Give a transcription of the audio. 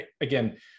again